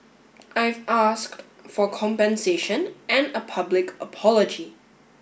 I've asked for compensation and a public apology